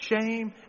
shame